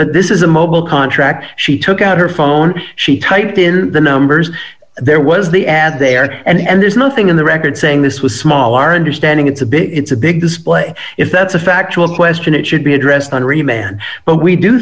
but this is a mobile contract she took out her phone she typed in the numbers there was the ad there and there's nothing in the record saying this was small our understanding it's a big it's a big display if that's a factual question it should be addressed henri man but we do